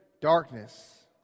darkness